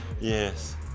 Yes